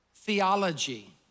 theology